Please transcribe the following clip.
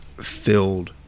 filled